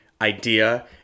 idea